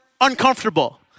uncomfortable